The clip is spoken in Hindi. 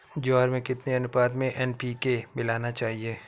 ज्वार में कितनी अनुपात में एन.पी.के मिलाना चाहिए?